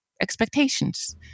expectations